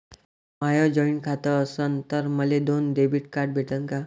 माय joint खातं असन तर मले दोन डेबिट कार्ड भेटन का?